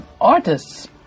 Artists